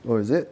oh is it